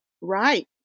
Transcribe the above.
Right